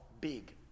big